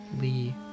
Lee